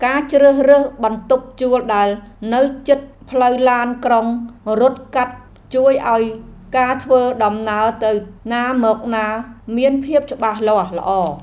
ការជ្រើសរើសបន្ទប់ជួលដែលនៅជិតផ្លូវឡានក្រុងរត់កាត់ជួយឱ្យការធ្វើដំណើរទៅណាមកណាមានភាពច្បាស់លាស់ល្អ។